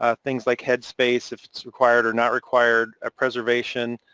ah things like head space, if it's required or not required, a preservation,